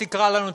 תקרא לנו,